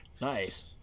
nice